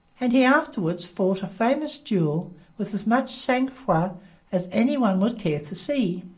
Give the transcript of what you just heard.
and he afterwards fought a famous duel with as much sang-froid as any one would care to see.